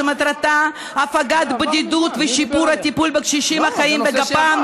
שמטרתה הפגת בדידות ושיפור הטיפול בקשישים החיים בגפם,